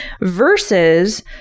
versus